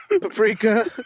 Paprika